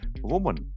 woman